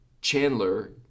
Chandler